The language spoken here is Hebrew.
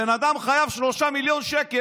הבן אדם חייב 3 מיליון שקל.